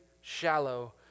shallow